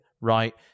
right